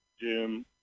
Jim